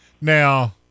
now